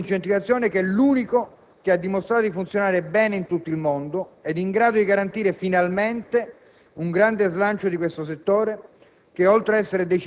meccanismo di incentivazione che ha dimostrato di funzionare bene in tutto il mondo e in grado di garantire finalmente un grande slancio di questo settore